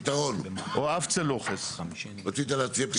פתרון, רצית להציע פתרון.